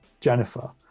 Jennifer